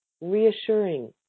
reassuring